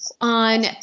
on